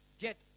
get